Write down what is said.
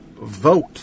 vote